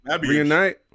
reunite